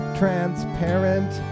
transparent